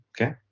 okay